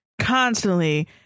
constantly